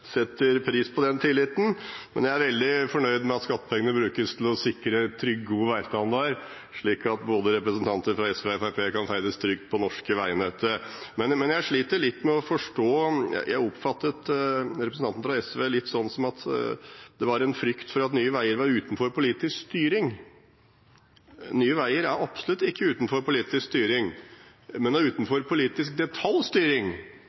setter pris på den tilliten, men jeg er veldig fornøyd med at skattepengene brukes til å sikre trygg, god veistandard slik at både representanter fra SV og Fremskrittspartiet kan ferdes trygt på det norske veinettet. Men jeg sliter litt med å forstå. Jeg oppfattet representanten fra SV litt som at det var frykt for at Nye Veier var utenfor politisk styring. Nye Veier er absolutt ikke utenfor politisk styring, men det er